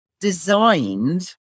designed